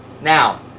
Now